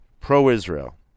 pro-Israel